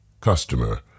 customer